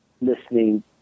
listening